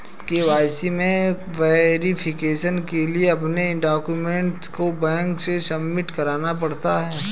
KYC में verification के लिए अपने डाक्यूमेंट को बैंक में सबमिट करना पड़ता है